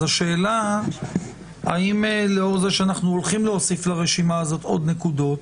השאלה האם לאור זה שאנחנו הולכים להוסיף לרשימה הזאת עוד נקודות,